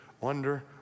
wonder